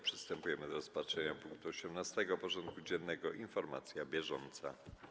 Przystępujemy do rozpatrzenia punktu 18. porządku dziennego: Informacja bieżąca.